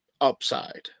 upside